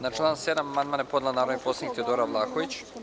Na član 7. amandman je podnela narodni poslanik Teodora Vlahović.